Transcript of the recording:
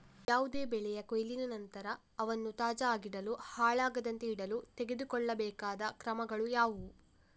ಯಾವುದೇ ಬೆಳೆಯ ಕೊಯ್ಲಿನ ನಂತರ ಅವನ್ನು ತಾಜಾ ಆಗಿಡಲು, ಹಾಳಾಗದಂತೆ ಇಡಲು ತೆಗೆದುಕೊಳ್ಳಬೇಕಾದ ಕ್ರಮಗಳು ಯಾವುವು?